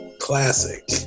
classic